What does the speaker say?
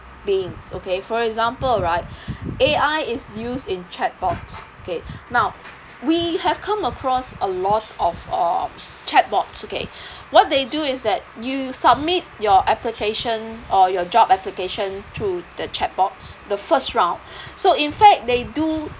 beings okay for example right A_I is used in chatbots okay now we have come across a lot of of uh chatbots okay what they do is that you submit your application or your job application through the chatbots the first round so in fact they do